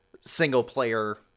single-player